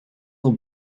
will